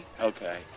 Okay